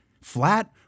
flat